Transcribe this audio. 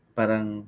parang